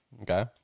Okay